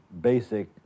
basic